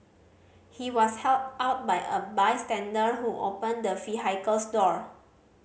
he was helped out by a bystander who opened the vehicle's door